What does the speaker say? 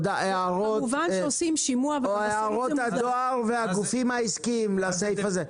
הערות הדואר והגופים העסקיים לסעיף הזה.